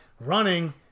running